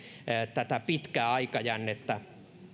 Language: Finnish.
tätä pitkää aikajännettä